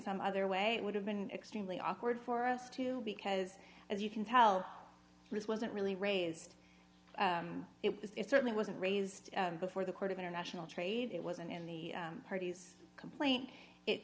some other way it would have been extremely awkward for us to because as you can tell this wasn't really raised it was certainly wasn't raised before the court of international trade it wasn't in the party's complaint it